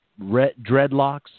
dreadlocks